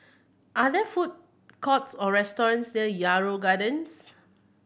are there food courts or restaurants near Yarrow Gardens